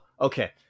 okay